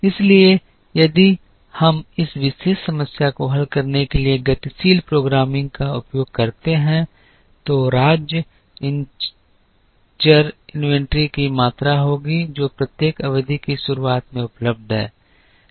इसलिए यदि हम इस विशेष समस्या को हल करने के लिए गतिशील प्रोग्रामिंग का उपयोग करते हैं तो राज्य चर इन्वेंट्री की मात्रा होगी जो प्रत्येक अवधि की शुरुआत में उपलब्ध है